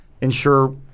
ensure